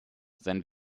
sein